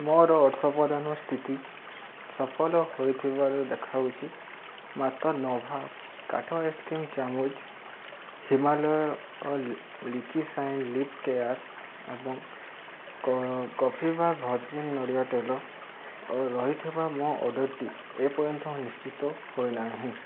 ମୋର ଅର୍ଥପ୍ରଦାନ ସ୍ଥିତି ସଫଳ ହୋଇଥିବାର ଦେଖାଉଛି ମାତ୍ର ନଭାସ କାଠ ଆଇସ୍କ୍ରିମ୍ ଚାମୁଚ Himalaya lychee shine lip care ଏବଂ କଫିଭା ଭର୍ଜିନ୍ ନଡ଼ିଆ ତେଲ ଓ ରହିଥିବା ମୋ ଅର୍ଡ଼ର୍ଟି ଏପର୍ଯ୍ୟନ୍ତ ନିଶ୍ଚିତ ହୋଇ ନାହିଁ